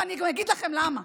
ואני גם אגיד לכם למה.